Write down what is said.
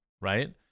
right